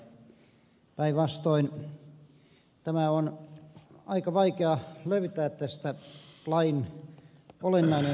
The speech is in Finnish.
päinvastoin tästä on aika vaikea löytää lain olennainen sanoma